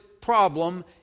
problem